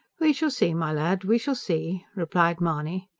we shall see, my lad, we shall see! replied mahony.